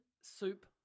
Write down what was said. soup